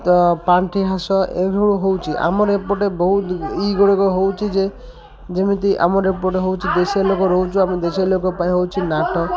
ତ ପାଣ୍ଠି ହାସ ଏଭଳି ହେଉଛି ଆମର ଏପଟେ ବହୁତ ଇଏ ଗୁଡ଼ିକ ହେଉଛି ଯେ ଯେମିତି ଆମର ଏପଟେ ହେଉଛି ଦେଶୀୟ ଲୋକ ରହୁଛୁ ଆମ ଦେଶୀୟ ଲୋକ ପାଇଁ ହେଉଛି ନାଟ